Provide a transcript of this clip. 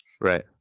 right